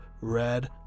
Red